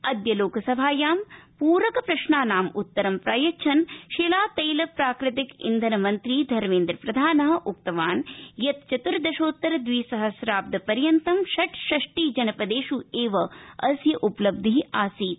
अद्य लोकसभायां प्रक प्रश्नानां उत्तरं प्रयच्छन् शिला तैल प्राकृतिक ईन्धन मन्त्री धर्मेन्द्र प्रधानश्च उक्तवान यत् चतुर्दशोत्तर द्विसहस्राव्द पर्यन्तं षट्षष्टि जनपदेषु एव अस्य उपलब्धि आसीत्